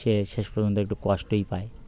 সে শেষ পর্যন্ত একটু কষ্টই পায়